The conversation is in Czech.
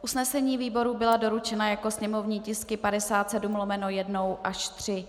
Usnesení výborů byla doručena jako sněmovní tisky 57/1 až 3.